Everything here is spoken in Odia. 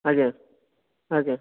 ଆଜ୍ଞା ଆଜ୍ଞା